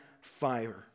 fire